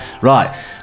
Right